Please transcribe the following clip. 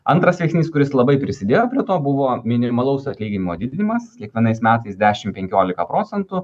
antras veiksnys kuris labai prisidėjo prie to buvo minimalaus atlyginimo didinimas kiekvienais metais dešimt penkiolika procentų